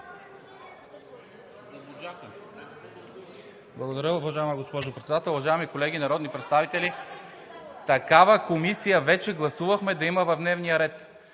Благодаря, уважаема госпожо Председател. Уважаеми колеги народни представители, такава комисия вече гласувахме да има в дневния ред.